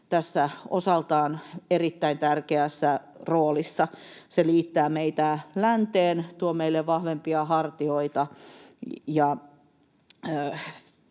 tässä osaltaan erittäin tärkeässä roolissa. Se liittää meitä länteen, tuo meille vahvempia hartioita ja